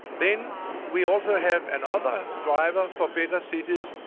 then we also have another driver for better cities.